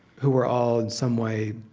who were all in some way,